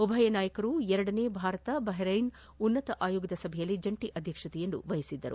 ಉಭಯ ನಾಯಕರು ಎರಡನೇ ಭಾರತ ಬಹರ್ಟೆನ್ ಉನ್ನತ ಆಯೋಗದ ಸಭೆಯಲ್ಲಿ ಜಂಟಿ ಅಧ್ಯಕ್ಷತೆ ವಹಿಸಿದ್ದರು